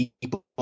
people